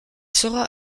sera